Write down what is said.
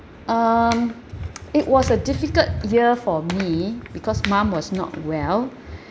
um it was a difficult year for me because mom was not well